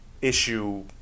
issue